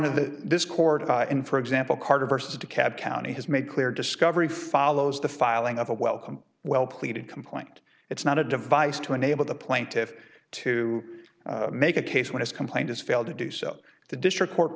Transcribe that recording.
the discord in for example carter vs a cab county has made clear discovery follows the filing of a welcome well pleaded complaint it's not a device to enable the plaintiff to make a case when his complaint has failed to do so the district court